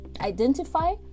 Identify